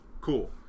cool